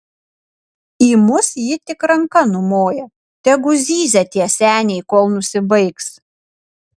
į mus ji tik ranka numoja tegu zyzia tie seniai kol nusibaigs